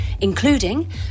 including